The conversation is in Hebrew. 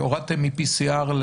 שהורדתם מ-PCR.